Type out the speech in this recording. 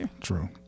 True